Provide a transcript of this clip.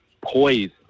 poised